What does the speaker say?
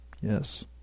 yes